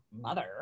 mother